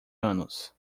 anos